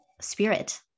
spirit